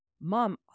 mom